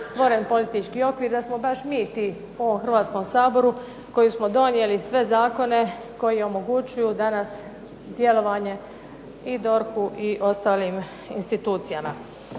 stvoren politički okvir da smo baš mi ti u ovom Hrvatskom saboru koji smo donijeli sve zakone koji omogućuju danas djelovanje i DORH-u i ostalim institucijama.